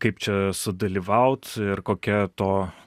kaip čia sudalyvaut ir kokia to